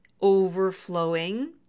overflowing